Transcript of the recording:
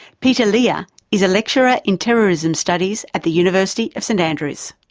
peter lehr yeah is a lecturer in terrorism studies at the university of st andrews.